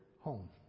Home